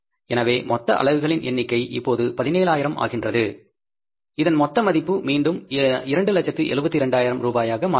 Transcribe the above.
எனவே மொத்த அலகுகளின் எண்ணிக்கை இப்போது 17000 ஆகின்றது இதன் மொத்த மதிப்பு மீண்டும் 272000 ரூபாயாக மாறுகிறது